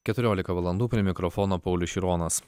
keturiolika valandų prie mikrofono paulius šironas